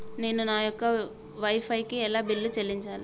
నేను నా యొక్క వై ఫై కి ఎలా బిల్లు చెల్లించాలి?